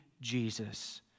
Jesus